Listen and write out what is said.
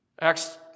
Acts